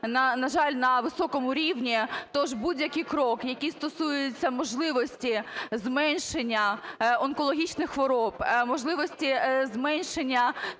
на жаль, на високому рівні. Тож будь-який крок, який стосується можливості зменшення онкологічних хвороб, можливості зменшення